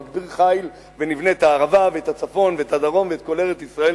נגביר חיל ונבנה את הערבה ואת הצפון ואת הדרום ואת כל ארץ-ישראל,